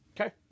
Okay